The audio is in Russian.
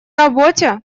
работе